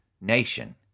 nation